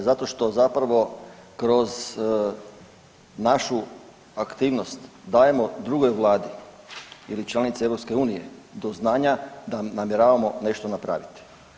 Zato što zapravo kroz našu aktivnost dajemo drugoj vladi ili članici EU do znanja da namjeravamo nešto napraviti.